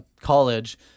college